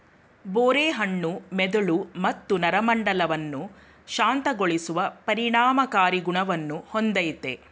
ಬೋರೆ ಹಣ್ಣು ಮೆದುಳು ಮತ್ತು ನರಮಂಡಲವನ್ನು ಶಾಂತಗೊಳಿಸುವ ಪರಿಣಾಮಕಾರಿ ಗುಣವನ್ನು ಹೊಂದಯ್ತೆ